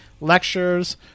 lectures